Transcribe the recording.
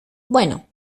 bueno